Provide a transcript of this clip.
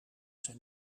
zijn